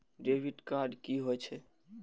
Debit card कि होई छै?